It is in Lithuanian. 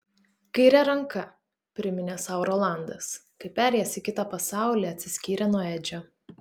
kaire ranka priminė sau rolandas kai perėjęs į kitą pasaulį atsiskyrė nuo edžio